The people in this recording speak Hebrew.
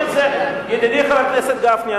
ידידי חבר הכנסת גפני,